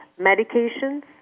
medications